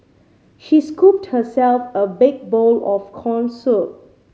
she scooped herself a big bowl of corn soup